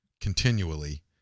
continually